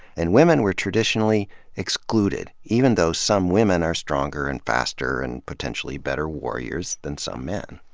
and women were traditionally excluded, even though some women are stronger and faster and potentially better warriors than some men.